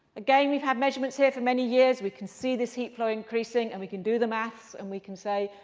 again, we've had measurements here for many years. we can see this heat flow increasing. and we can do the maths, and we can say,